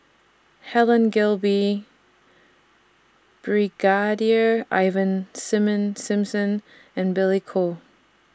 Helen Gilbey Brigadier Ivan Simon Simson and Billy Koh